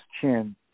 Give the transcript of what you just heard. chin